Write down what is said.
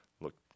look